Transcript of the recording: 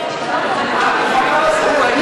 מדברת על שוויון אזרחי לערבים,